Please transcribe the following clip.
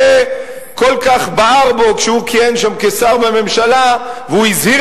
זה כל כך בער בו כשהוא כיהן שם כשר בממשלה והוא הזהיר